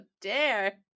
dare